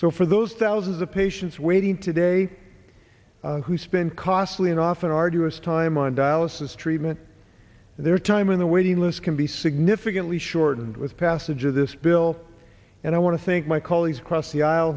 so for those thousands of patients waiting today who spend costly and often arduous time on dialysis treatment their time in the waiting list can be significantly shortened with passage of this bill and i want to think my colleagues across the